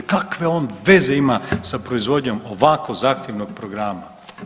Kakve on veze ima sa proizvodnjom ovako zahtjevnog programa?